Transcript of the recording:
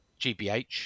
GBH